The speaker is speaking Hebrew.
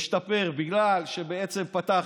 משתפר בגלל שפתחנו,